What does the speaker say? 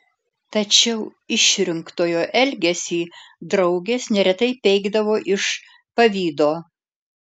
tačiau išrinktojo elgesį draugės neretai peikdavo iš pavydo